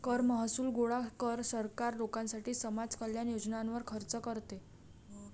कर महसूल गोळा कर, सरकार लोकांसाठी समाज कल्याण योजनांवर खर्च करते